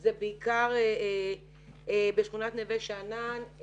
זה בעיקר בשכונת נווה שאנן.